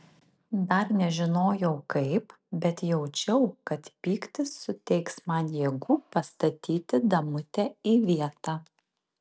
dar nežinojau kaip bet jaučiau kad pyktis suteiks man jėgų pastatyti damutę į vietą